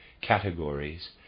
categories